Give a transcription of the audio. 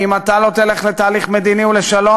כי אם אתה לא תלך לתהליך מדיני ולשלום,